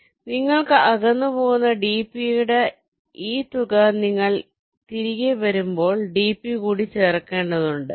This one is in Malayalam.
അതിനാൽ നിങ്ങൾ അകന്നുപോകുന്ന d യുടെ ഈ തുക നിങ്ങൾ തിരികെ വരുമ്പോൾ d കൂടി ചേർക്കേണ്ടതുണ്ട്